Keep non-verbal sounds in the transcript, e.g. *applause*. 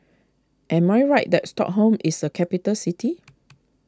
am I right that Stockholm is a capital city *noise*